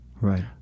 right